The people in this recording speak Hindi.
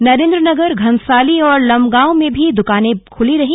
नरेंद्रनगर घनसाली और लंबगांव में भी दुकानें खुलीं रहीं